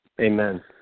Amen